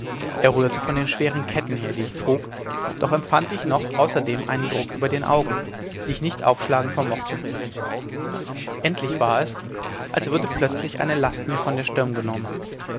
er rührte von den schweren ketten her die ich trug doch empfand ich noch außerdem einen druck über den augen die ich nicht aufzuschlagen vermochte endlich war es als würde plötzlich eine last mir von der stirn genommen